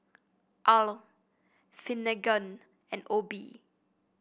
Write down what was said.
Al Finnegan and Obe